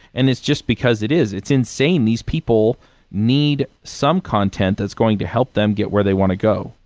and it's just because it is. it's insane. these people need some content that's going to help them get where they want to go.